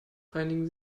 reinigen